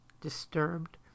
disturbed